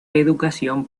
educación